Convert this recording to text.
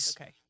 Okay